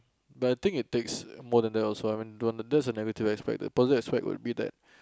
but I think it takes more than that also ah that's the negative aspect that the positive aspect would be that